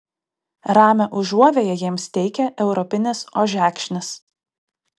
ramią užuovėją jiems teikia europinis ožekšnis